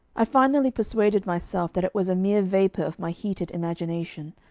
i finally persuaded myself that it was a mere vapour of my heated imagination.